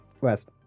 West